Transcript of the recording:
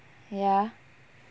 ya